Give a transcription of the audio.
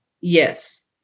Yes